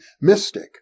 mystic